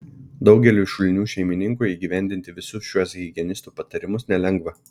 daugeliui šulinių šeimininkų įgyvendinti visus šiuos higienistų patarimus nelengva